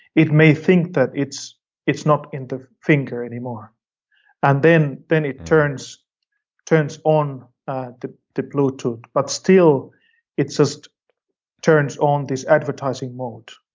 it may think that it's it's not in the finger anymore and then then it turns on on the the bluetooth but still it just turns on this advertising mode,